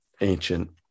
ancient